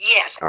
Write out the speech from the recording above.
Yes